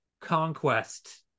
conquest